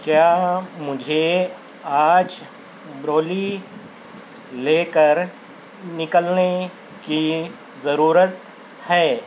کیا مجھے آج بریلی لے کر نکلنے کی ضرورت ہے